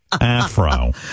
afro